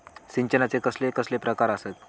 सिंचनाचे कसले कसले प्रकार आसत?